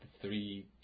three